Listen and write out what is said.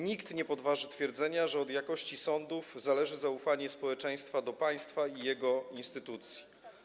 Nikt nie podważy twierdzenia, że od jakości sądów zależy zaufanie społeczeństwa do państwa i jego instytucji.